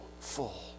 full